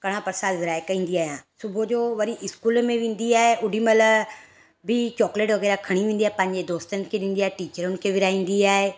कणा प्रसाद विराए करे ईंदी आहियां सुबुह जो वरी स्कूल में वेंदी आहे ओॾीमहिल बि चोकलेट वग़ैरह खणी वेंदी आहे पंहिंजे दोस्तनि खे ॾींदी टीचरूनि खे विराईंदी आहे